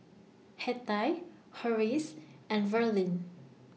Hettie Horace and Verlin